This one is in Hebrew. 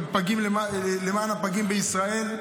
למען הפגים בישראל,